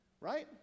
right